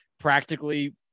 practically